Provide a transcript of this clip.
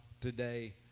today